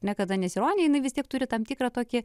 ne kadanes ironija jinai vis tiek turi tam tikrą tokį